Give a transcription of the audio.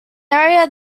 area